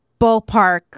ballpark